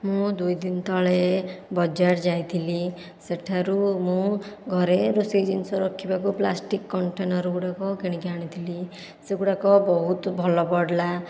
ମୁଁ ଦୁଇ ଦିନ ତଳେ ବଜାର ଯାଇଥିଲି ସେଠାରୁ ମୁଁ ଘରେ ରୋଷେଇ ଜିନିଷ ରଖିବାକୁ ପ୍ଲାଷ୍ଟିକ କଣ୍ଟେନର ଗୁଡ଼ାକ କିଣିକି ଆଣିଥିଲି ସେଗୁଡ଼ାକ ବହୁତ ଭଲ ପଡ଼ିଲା